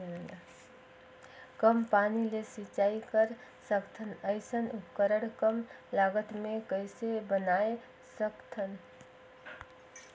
कम पानी ले सिंचाई कर सकथन अइसने उपकरण कम लागत मे कइसे बनाय सकत हन?